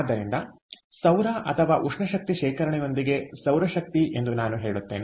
ಆದ್ದರಿಂದ ಸೌರ ಅಥವಾ ಉಷ್ಣ ಶಕ್ತಿ ಶೇಖರಣೆಯೊಂದಿಗೆ ಸೌರಶಕ್ತಿ ಎಂದು ನಾನು ಹೇಳುತ್ತೇನೆ